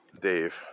Dave